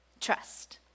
trust